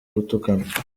gutukana